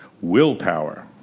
Willpower